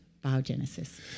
biogenesis